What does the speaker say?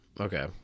Okay